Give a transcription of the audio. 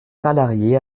salariés